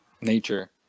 nature